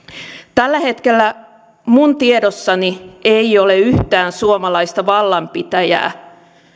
tällä hetkellä minun tiedossani ei ole yhtään suomalaista vallanpitäjää